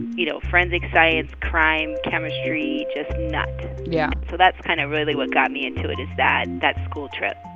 you know, forensic, science, crime, chemistry just nut yeah so that's kind of really what got me into it, is that that school trip